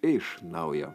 iš naujo